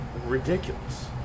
ridiculous